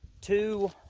two